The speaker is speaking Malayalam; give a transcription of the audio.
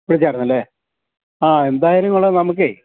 ചോദിച്ചായിരുന്നല്ലേ ആ എന്തായാലും കൊള്ളാം നമുക്കേ